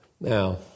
Now